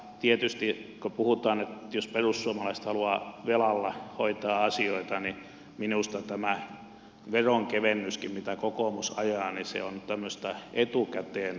tietysti kun puhutaan että perussuomalaiset haluavat velalla hoitaa asioita niin minusta tämä veronkevennyskin mitä kokoomus ajaa on tämmöistä etukäteen velanottoa